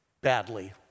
badly